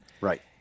Right